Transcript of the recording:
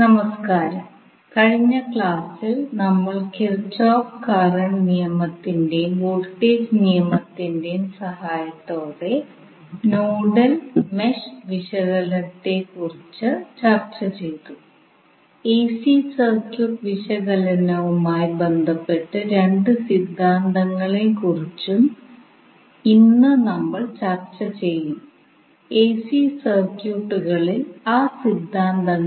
നമ്മൾ പ്രവേശിക്കുകയാണ് ഇപ്പോൾ നമ്മൾ വിവിധ സർക്യൂട്ട് സിദ്ധാന്തങ്ങളെക്കുറിച്ച് ചർച്ച ചെയ്തു ഡിസി ഉറവിടവുമായി ബന്ധപ്പെട്ട്